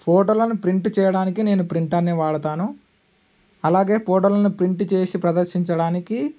ఫోటోలను ప్రింట్ చేయడానికి నేను ప్రింటర్ని వాడతాను అలాగే ఫోటోలను ప్రింట్ చేసి ప్రదర్శించడానికి